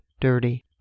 dirty